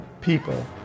people